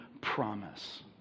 promise